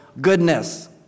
goodness